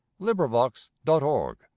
LibriVox.org